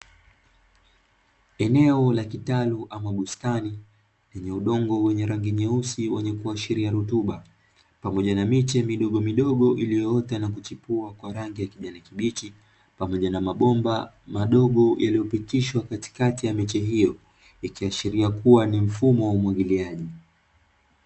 Eneo la kitalu ama bustani yenye udongo wenye rangi nyeusi wenye kuashiris rutuba, pamoja na miti midogomidogo iliyoota na kuchipua kwa rangi ya kijani kibichi pamoja na mabomba madogo yaliyopitishwa katikati ya miche hiyo, ikiashiria kuwa ni mfumo wa umwagiliaji.